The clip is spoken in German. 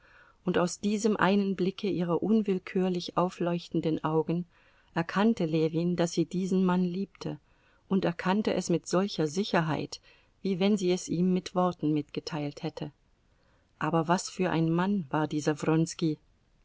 und aus diesem einen blicke ihrer unwillkürlich aufleuchtenden augen erkannte ljewin daß sie diesen mann liebte und erkannte es mit solcher sicherheit wie wenn sie es ihm mit worten mitgeteilt hätte aber was für ein mann war dieser